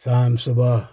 शाम सुबह